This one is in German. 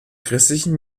christlichen